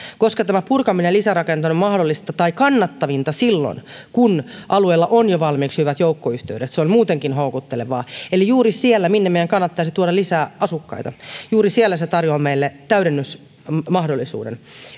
koska purkaminen ja lisärakentaminen on mahdollista tai kannattavinta silloin kun alueella on jo valmiiksi hyvät joukkoyhteydet se on muutenkin houkuttelevaa eli juuri siellä minne meidän kannattaisi tuoda lisää asukkaita se tarjoaa meille täydennysmahdollisuuden